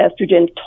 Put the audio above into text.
estrogen